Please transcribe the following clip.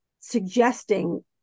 suggesting